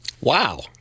Wow